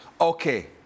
okay